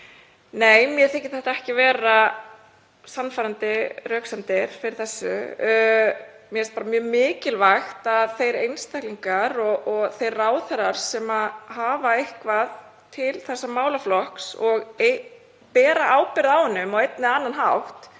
Nei, mér þykir þetta ekki sannfærandi röksemdir fyrir þessu. Mér finnst bara mjög mikilvægt að þeir einstaklingar og þeir ráðherrar sem hafa eitthvað til þessa málaflokks og bera ábyrgð á honum á einn eða annan hátt